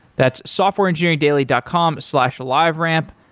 that's softwareengineeringdaily dot com slash liveramp.